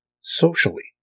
socially